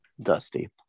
Dusty